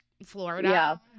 Florida